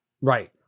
Right